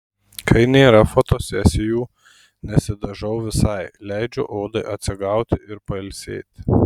kai nėra fotosesijų nesidažau visai leidžiu odai atsigauti ir pailsėti